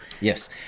Yes